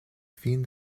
fin